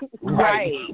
Right